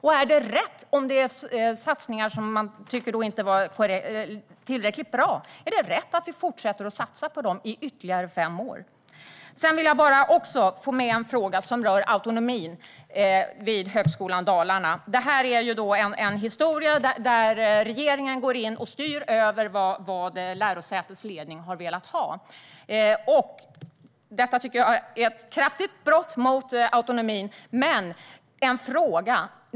Om det är satsningar som ni inte tycker var tillräckligt bra, är det då rätt att fortsätta satsa på dem i ytterligare fem år? Jag vill också få med en fråga som rör autonomin vid Högskolan Dalarna. Det är en historia där regeringen går in och styr över vad lärosätets ledning har velat ha. Det tycker jag är ett kraftigt brott mot autonomin, men jag har en fråga.